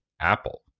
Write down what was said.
Apple